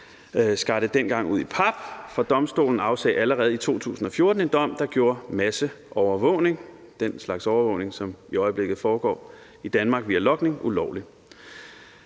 skar det dengang ud i pap. For Domstolen afsagde allerede i 2014 en dom, der gjorde masseovervågning – den slags overvågning, som i øjeblikket foregår i Danmark via logning – ulovligt.